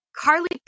Carly